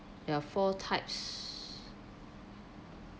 there are four types